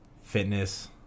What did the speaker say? fitness